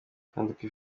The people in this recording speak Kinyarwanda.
isanduku